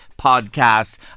podcast